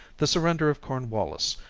the surrender of cornwallis,